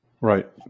Right